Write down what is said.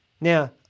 Now